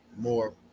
more